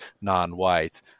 non-white